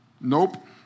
Nope